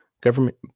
government